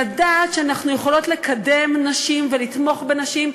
לדעת שאנחנו יכולות לקדם נשים ולתמוך בנשים,